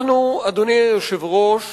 אנחנו, אדוני היושב-ראש,